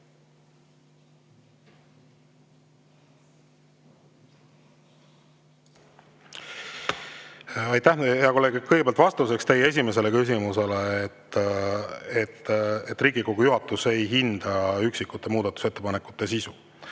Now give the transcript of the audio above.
Aitäh, hea kolleeg! Kõigepealt vastus teie esimesele küsimusele. Riigikogu juhatus ei hinda üksikute muudatusettepanekute sisu,